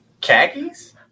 khakis